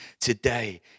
Today